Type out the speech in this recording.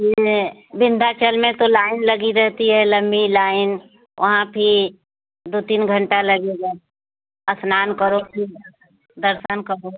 ये विन्धाचल में तो लाइन लगी रहती है लंबी लाइन वहाँ भी दो तीन घंटा लगेगा स्नान करो फिर दर्शन करो